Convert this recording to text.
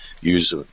use